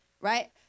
right